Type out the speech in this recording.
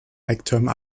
ecktürmen